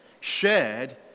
shared